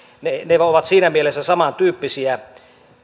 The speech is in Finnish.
ne ne ovat siinä mielessä samantyyppisiä